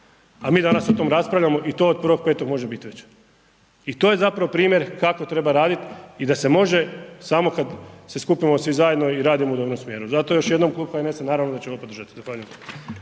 a mi danas o tom raspravljamo a to od 1.5. može biti već. I to je zapravo primjer kako treba raditi i da se može samo kada se skupimo svi zajedno i radimo u dobrom smjeru, zato još jednom Klub HNS-a naravno da ćemo podržati.